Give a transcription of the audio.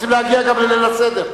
רוצים להגיע לליל הסדר.